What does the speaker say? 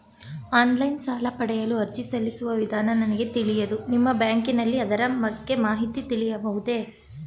Online ಸಾಲ ಪಡೆಯಲು ಅರ್ಜಿ ಸಲ್ಲಿಸುವ ವಿಧಾನ ನನಗೆ ತಿಳಿಯದು ನಿಮ್ಮ ಬ್ಯಾಂಕಿನಲ್ಲಿ ಅದರ ಮಾಹಿತಿ ಸಿಗಬಹುದೇ?